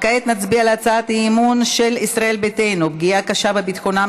כעת נצביע על הצעת האי-אמון של ישראל ביתנו: פגיעה קשה בביטחונם